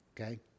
Okay